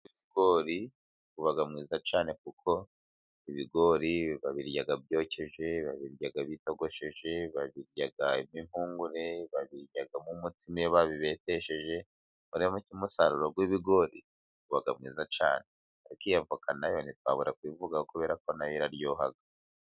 Umusaruro w'ibigori uba mwiza cyane kuko ibigori babirya byokeje, babirya bitogosheje , babiryamo impungure, babiryamo umutsima iyo babibetesheje, umusaruro w'ibigori uba mwiza cyane .Iyi avoka na yo ntitwabura kuyivugaho kuberako na yo iraryoha.